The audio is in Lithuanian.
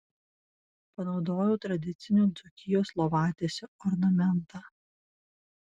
panaudojau tradicinių dzūkijos lovatiesių ornamentą